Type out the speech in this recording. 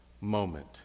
moment